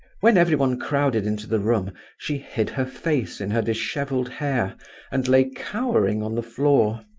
when everyone crowded into the room she hid her face in her dishevelled hair and lay cowering on the floor.